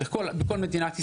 בכל מדינת ישראל,